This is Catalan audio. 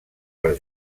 per